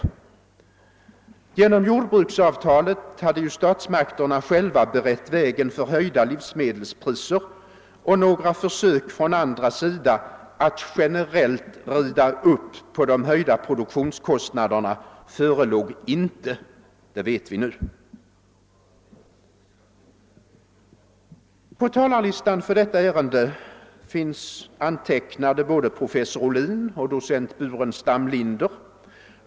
Genom jordbruksavtalet hade ju statsmakterna själva berett vägen för höjda livsmedelspriser, och några försök från andras sida att generellt rida upp på de höjda produktionskostnaderna förelåg inte — det vet vi nu. På talarlistan för detta ärende finns antecknade både professor Ohlin och docent Burenstam Linder.